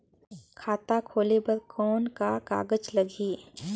खाता खोले बर कौन का कागज लगही?